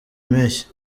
mpeshyi